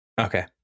Okay